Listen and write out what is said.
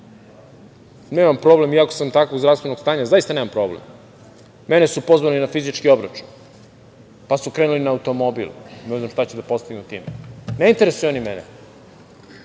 Nemam problem. Iako sam takvog zdravstvenog stanja, zaista nemam problem. Mene su pozvali na fizički obračun, pa su krenuli na automobil. Ne znam šta će da postignu time? Ne interesuju oni mene,